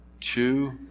two